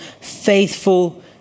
faithful